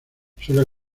suele